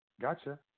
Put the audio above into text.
gotcha